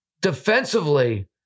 defensively